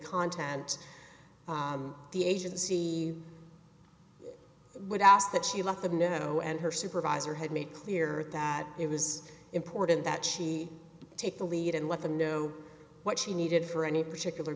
content the agency would ask that she let them know and her supervisor had made clear that it was important that she take the lead and let them know what she needed for any particular